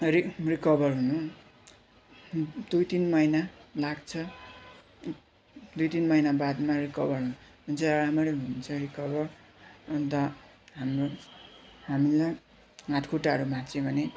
रि रिकभर हुनु दुई तिन महिना लाग्छ दुई तिन महिना बादमा रिकभर हुन्छ राम्ररी हुन्छ रिकभर अन्त हाम्रो हामीलाई हातखुट्टाहरू भाँच्चियो भने